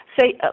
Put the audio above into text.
say